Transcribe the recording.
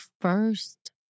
first